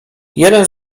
jeden